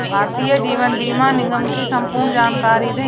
भारतीय जीवन बीमा निगम की संपूर्ण जानकारी दें?